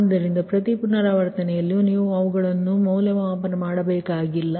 ಆದ್ದರಿಂದ ಪ್ರತಿ ಪುನರಾವರ್ತನೆಯಲ್ಲೂ ನೀವು ಅವುಗಳನ್ನು ಮೌಲ್ಯಮಾಪನ ಮಾಡಬೇಕಾಗಿಲ್ಲ